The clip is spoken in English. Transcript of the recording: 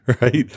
right